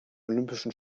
olympischen